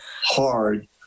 hard